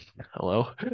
Hello